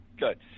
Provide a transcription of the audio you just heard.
Good